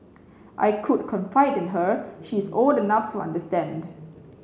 I could confide in her she is old enough to understand